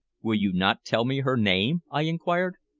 will you not tell me her name? i inquired.